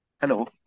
Hello